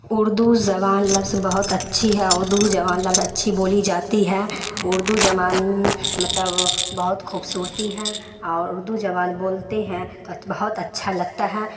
اردو زبان لفظ بہت اچھی ہے اردو زبان لفظ اچھی بولی جاتی ہے اردو زبان مطلب بہت خوبصورتی ہے اور اردو زبان بولتے ہیں تو بہت اچھا لگتا ہے